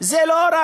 זה לא רק: